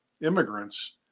immigrants